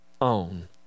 own